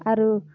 ଆରୁ